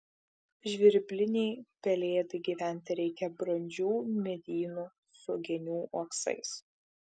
žvirblinei pelėdai gyventi reikia brandžių medynų su genių uoksais